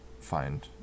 find